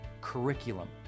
curriculum